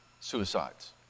suicides